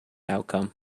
outcome